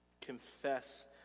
Confess